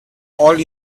all